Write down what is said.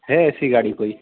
है ऐसी गाड़ी कोई